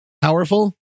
powerful